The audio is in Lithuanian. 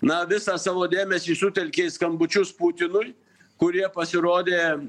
na visą savo dėmesį sutelkė į skambučius putinui kurie pasirodė